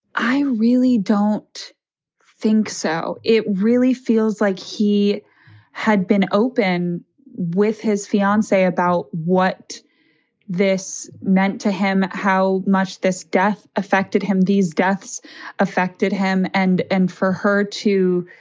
i really don't think so it really feels like he had been open with his fiancee about what this meant to him, how much this death affected him, these deaths affected him. and and for her to